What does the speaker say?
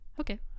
okay